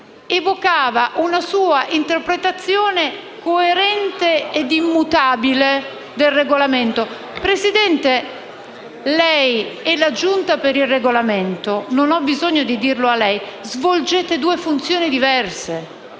evocava una sua interpretazione coerente e immutabile del Regolamento. Signor Presidente, lei e la Giunta per il Regolamento - non ho bisogno di dirlo a lei - svolgete due funzioni diverse.